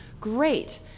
Great